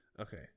Okay